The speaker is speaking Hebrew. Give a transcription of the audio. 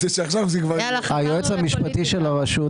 היועץ המשפטי של הרשות,